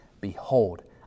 Behold